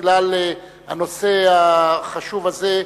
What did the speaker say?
בגלל הנושא החשוב הזה,